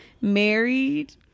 Married